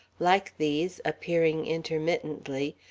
like these, appearing intermittently,